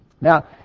Now